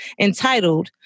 entitled